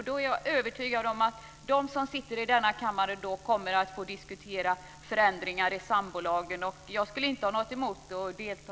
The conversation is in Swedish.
Jag är övertygad om att de som sitter i denna kammare då kommer att få diskutera förändringar i sambolagen. Jag skulle inte ha något emot att själv delta.